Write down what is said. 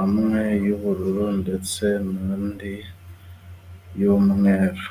amwe y'ubururu ndetse n'andi y'umweru.